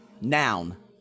noun